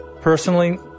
Personally